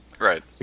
Right